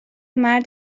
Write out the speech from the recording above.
مرد